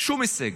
שום הישג.